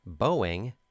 Boeing